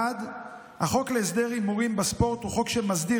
1. החוק להסדר הימורים בספורט הוא חוק שמסדיר